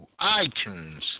iTunes